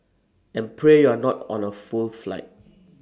and pray you're not on A full flight